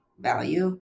value